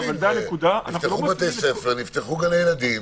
--- נפתחו בתי ספר, נפתחו גני ילדים